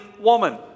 woman